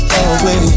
away